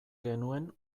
genuen